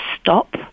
stop